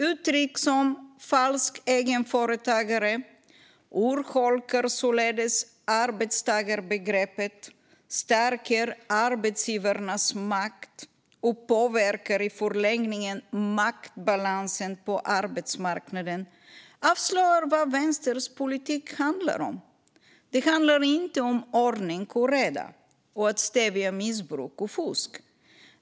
Uttryck som "falsk egenföretagare", "urholkar således arbetstagarbegreppet, och stärker arbetsgivarnas makt" och "påverkar i förlängningen maktbalansen på arbetsmarknaden" avslöjar vad Vänsterns politik handlar om. Det handlar inte om ordning och reda, och att stävja missbruk och fusk.